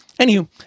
anywho